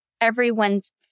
everyone's